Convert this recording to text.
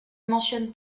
mentionne